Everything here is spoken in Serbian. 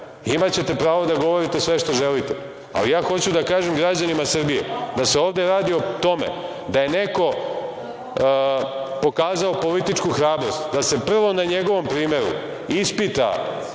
Imaćete pravo da govorite sve što želite. Ali, ja hoću da kažem građanima Srbije da se ovde radi o tome da je neko pokazao političku hrabrost, da se prvo na njegovom primeru ispita